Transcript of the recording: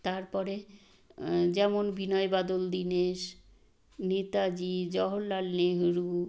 তারপরে যেমন বিনয় বাদল দীনেশ নেতাজি জহরলাল নেহেরু